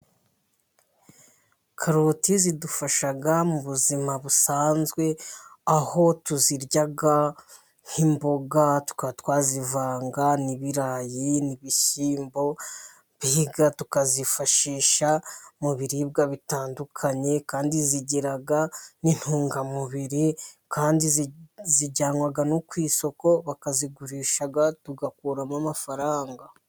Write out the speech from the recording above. Karoti zidufasha mu buzima busanzwe, aho tuzirya nk'imboga, tukaba twazivanga n'ibirayi n'ibishyimbo, mbega tukazifashisha mu biribwa bitandukanye, kandi zigira n'intungamubiri, kandi zijyanwa no ku isoko bakazigurisha, tugakuramo amafaranga.